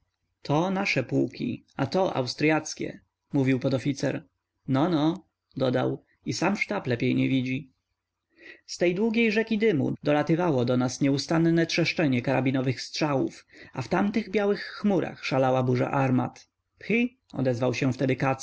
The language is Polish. to nasze pułki a to austryackie mówił podoficer no no dodał i sam sztab lepiej nie widzi z tej długiej rzeki dymu dolatywało nas nieustanne trzeszczenie karabinowych strzałów a w tamtych białych chmurach szalała burza armat phy odezwał się wtedy katz